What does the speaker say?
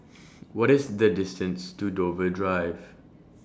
What IS The distance to Dover Drive